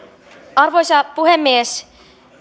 arvoisa puhemies